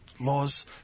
laws